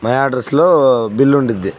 my అడ్రస్లో bill ఉంటుంది